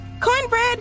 Cornbread